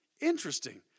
Interesting